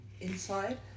inside